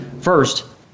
First